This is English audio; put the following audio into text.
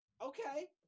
Okay